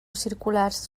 circulars